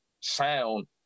sound